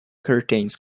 curtains